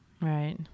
Right